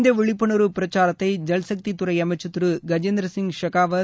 இந்த விழிப்புணர்வுப் பிரசாரத்தை ஜல்சக்தி துறை அமைச்சர் திரு கஜேந்திர சிங் செகாவத்